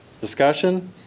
Discussion